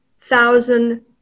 thousand